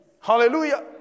Hallelujah